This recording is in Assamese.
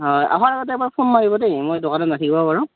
হয় আহাৰ আগতে এবাৰ ফোন মাৰিব দেই মই দোকানত নাথাকিবও পাৰোঁ